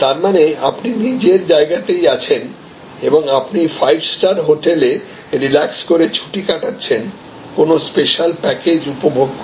তার মানে আপনি নিজের জায়গাতেই আছেন এবং আপনি ফাইভ স্টার হোটেলে রিলাক্স করে ছুটি কাটাচ্ছেন কোন স্পেশাল প্যাকেজ উপভোগ করে